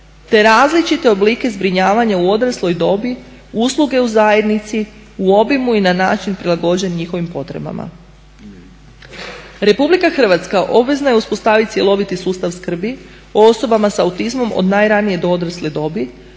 te različite oblike zbrinjavanja u odrasloj dobi, usluge u zajednici u obimu i na način prilagođen njihovim potrebama. RH obvezna je uspostaviti cjeloviti sustav skrbi o osobama s autizmom od najranije do odrasle dobi